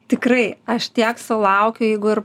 tikrai aš tiek sulaukiu jeigu ir